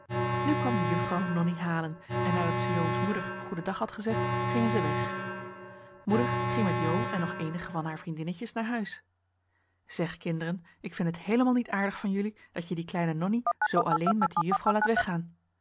nu kwam de juffrouw nonnie halen en nadat ze jo's moeder goeden dag had gezegd gingen ze weg moeder ging met jo en nog eenige van haar vriendinnetjes naar huis zeg kinderen ik vind het heelemaal niet aardig van jullie dat je die kleine nonnie zoo alleen met de juffrouw laat weggaan